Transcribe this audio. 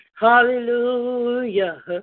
Hallelujah